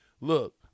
look